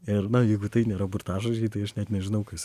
ir na jeigu tai nėra burtažodžiai tai aš net nežinau kas